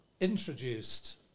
introduced